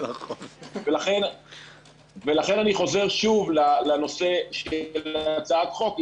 לכן אני חוזר שוב לנושא של הצעת חוק.